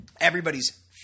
Everybody's